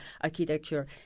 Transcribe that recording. architecture